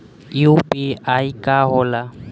UPI का होला?